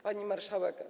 Pani Marszałek!